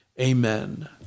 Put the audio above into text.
Amen